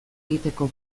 egiteko